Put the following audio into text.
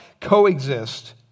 coexist